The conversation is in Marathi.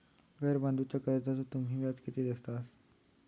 घर बांधूच्या कर्जाचो तुम्ही व्याज किती घेतास?